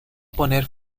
poner